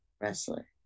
wrestler